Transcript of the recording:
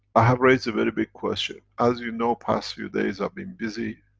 i have raised a very big question. as you know, past few days i've been busy,